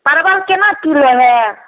परबल केना किलो हइ